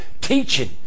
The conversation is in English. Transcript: Teaching